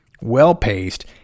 well-paced